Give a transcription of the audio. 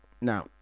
now